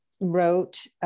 wrote